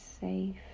safe